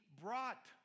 brought